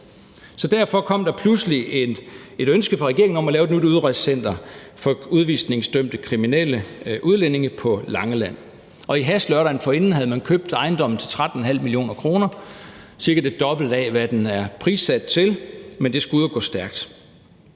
Derfor kom der pludselig et ønske fra regeringen om at lave et nyt udrejsecenter på Langeland for udvisningsdømte kriminelle udlændinge. Lørdagen forinden havde man i hast købt ejendommen til 13,5 mio. kr., cirka det dobbelte af, hvad den var prissat til. Men det skulle jo gå stærkt.